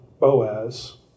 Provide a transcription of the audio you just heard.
Boaz